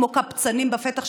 כמו קבצנים בפתח,